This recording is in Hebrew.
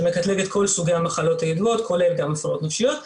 שמקטלג אך כל סוגי המחלות הידועות שכולל גם הפרעות נפשיות.